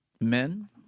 men